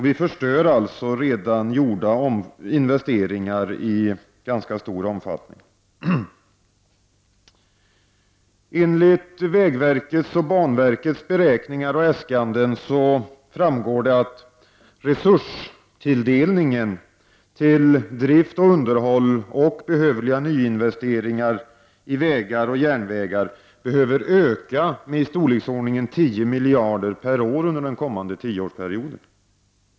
Vi förstör alltså i ganska stor omfattning redan gjorda investeringar. Av vägverkets och banverkets beräkningar och äskanden framgår att resurstilldelningen till drift och underhåll samt behövliga nyinvesteringar i vägar och järnvägar behöver öka med i storleksordningen 10 miljarder kronor per år under den kommande tioårsperioden.